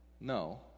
no